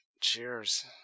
Cheers